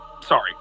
Sorry